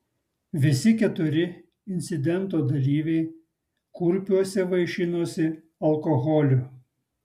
visi keturi incidento dalyviai kurpiuose vaišinosi alkoholiu